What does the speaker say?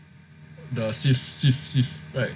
the Civ Civ Civ